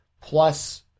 plus